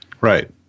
right